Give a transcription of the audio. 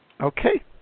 Okay